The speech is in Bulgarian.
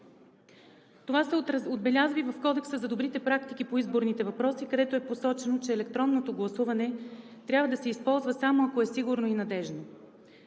Това се отбелязва и в Кодекса за добрите практики по изборните въпроси, където е посочено, че електронното гласуване трябва да се използва само ако е сигурно и надеждно.